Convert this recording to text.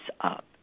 up